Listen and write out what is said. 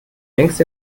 längst